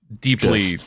Deeply